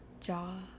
jaw